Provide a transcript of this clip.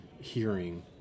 hearing